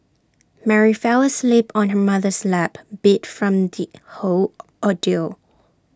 Mary fell asleep on her mother's lap beat from the whole ordeal